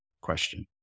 question